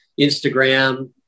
Instagram